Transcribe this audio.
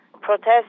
protest